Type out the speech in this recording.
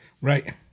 Right